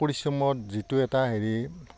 পৰিশ্ৰমত যিটো এটা হেৰি